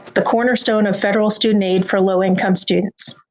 the cornerstone of federal student aid for low income students.